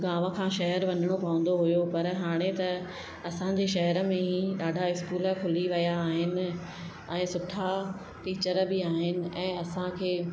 गांव खां शहर वञिणो पवंदो हुयो पर हाणे त असांजे शहर में ई ॾाढा स्कूल खुली विया आहिनि ऐं सुठा टीचर बि आहिनि ऐं असांखे